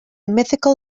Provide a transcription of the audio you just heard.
mythical